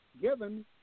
given